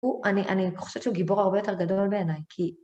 אני חושבת שהוא גיבור הרבה יותר גדול בעיניי, כי...